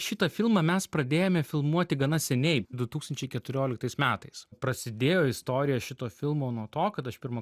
šitą filmą mes pradėjome filmuoti gana seniai du tūkstančiai keturioliktais metais prasidėjo istorija šito filmo nuo to kad aš pirmą